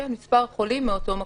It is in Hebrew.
כן, מספר חולים מאותו מקום.